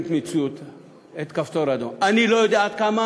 את "כפתור אדום"; אני לא יודע עד כמה